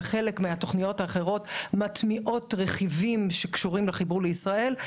וחלק מהתוכניות האחרות מטמיעות רכיבים שקשורים לחיבור לישראל.